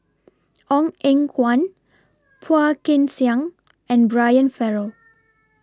Ong Eng Guan Phua Kin Siang and Brian Farrell